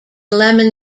lemon